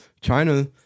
China